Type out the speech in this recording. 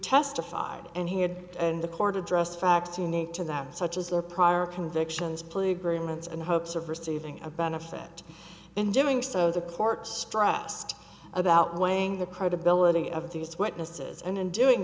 testified and he had and the court addressed facts unique to that such as their prior convictions plea agreements and hopes of receiving a benefit in doing so the court stressed about weighing the credibility of these witnesses and in doing